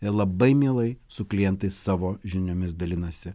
ir labai mielai su klientais savo žiniomis dalinasi